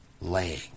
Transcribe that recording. laying